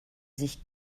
sich